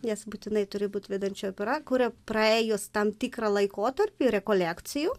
nes būtinai turi būt vedenčioji pora kuria praėjus tam tikrą laikotarpį rekolekcijų